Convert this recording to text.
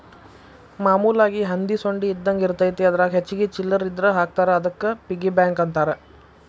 ಮಾಮೂಲಾಗಿ ಹಂದಿ ಸೊಂಡಿ ಇದ್ದಂಗ ಇರತೈತಿ ಅದರಾಗ ಹೆಚ್ಚಿಗಿ ಚಿಲ್ಲರ್ ಇದ್ರ ಹಾಕ್ತಾರಾ ಅದಕ್ಕ ಪಿಗ್ಗಿ ಬ್ಯಾಂಕ್ ಅಂತಾರ